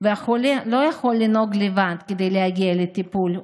והחולה לא יכול לנהוג לבד כדי להגיע לטיפול,